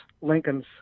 Lincoln's